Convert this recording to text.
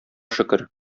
шөкер